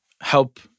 help